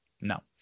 no